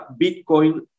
Bitcoin